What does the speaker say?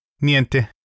Niente